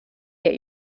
get